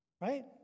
Right